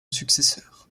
successeur